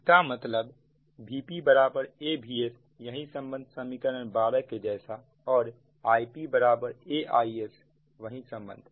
इसका मतलब Vpबराबर AVsयही संबंध समीकरण 12 के जैसा और IpAIsवही संबंध